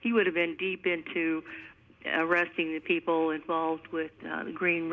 he would have been deep into arresting the people involved with green